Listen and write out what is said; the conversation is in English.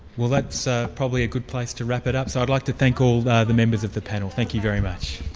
well that's ah probably a good place to wrap it up. so i'd like to thank all the the members of the panel. thank you very much.